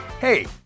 Hey